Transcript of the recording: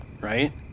right